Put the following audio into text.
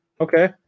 Okay